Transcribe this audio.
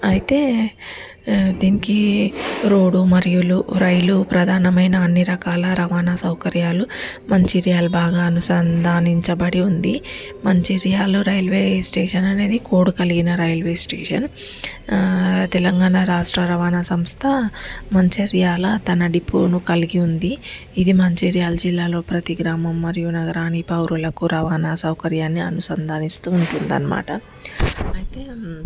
అయితే దీనికి రోడ్డు మరియు రైలు ప్రధానమైన అన్ని రకాల రవాణా సౌకర్యాలు మంచిర్యాల బాగా అనుసంధానించబడి ఉంది మంచిర్యాలలో రైల్వే స్టేషన్ అనేది కోడుకలానా రైల్వే స్టేషన్ తెలంగాణ రాష్ట్ర రవాణా సంస్థ మంచిర్యాల తమ డిపోను కలిగి ఉంది ఇది మంచిర్యాల జిల్లాలో ప్రతి గ్రామం మరియు నగరాల పౌరులకు రవాణా సౌకర్యాన్ని అనుసంధానిస్తూ ఉంటుంది అన్నమాట అయితే